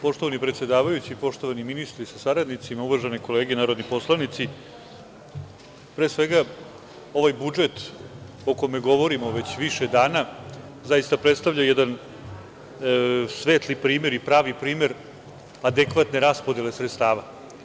Poštovani predsedavajući, poštovani ministri sa saradnicima, uvažene kolege narodni poslanici, pre svega ovaj budžet o kome govorimo već više dana zaista predstavlja jedan svetli primer i pravi primer adekvatne raspodele sredstava.